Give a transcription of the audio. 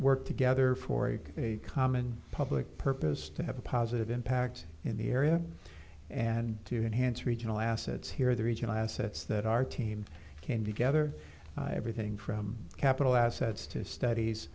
work together for a calm public purpose to have a positive impact in the area and to enhance regional assets here the regional assets that our team came together everything from capital assets to studies